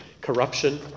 corruption